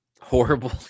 Horrible